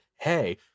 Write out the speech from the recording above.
hey